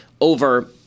over